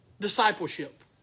discipleship